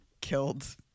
killed